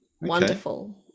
Wonderful